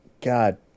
God